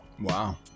Wow